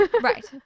right